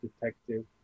detective